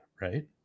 right